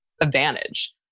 advantage